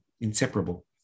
inseparable